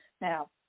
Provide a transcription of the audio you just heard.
Now